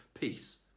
peace